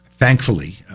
Thankfully